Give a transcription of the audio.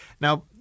Now